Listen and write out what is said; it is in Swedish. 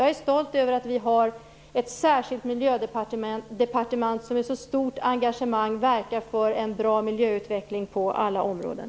Jag är stolt över att vi har ett särskilt miljödepartement som med ett så stort engagemang verkar för en bra miljöutveckling på alla områden.